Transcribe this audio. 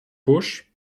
bush